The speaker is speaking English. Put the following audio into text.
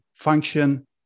function